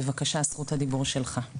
בבקשה זכות הדיבור שלך.